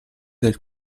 del